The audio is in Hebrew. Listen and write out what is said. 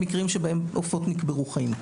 מקרים בהם עופות נקברו חיים.